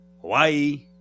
Hawaii